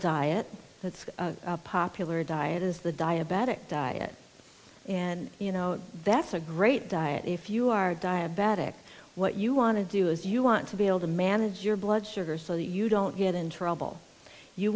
diet that's popular diet is the diabetic diet and you know that's a great diet if you are diabetic what you want to do is you want to be able to manage your blood sugar so that you don't get in trouble you